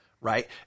right